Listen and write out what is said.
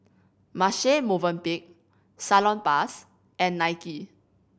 Marche Movenpick Salonpas and Nike